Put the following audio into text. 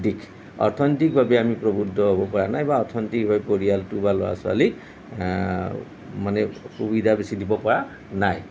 দিশ অৰ্থনৈতিকভাৱে আমি প্ৰভূত্ব হ'ব পৰা নাই বা অৰ্থনৈতিকভাৱে পৰিয়ালটো বা ল'ৰা ছোৱালীক মানে সুবিধা বেছি দিব পৰা নাই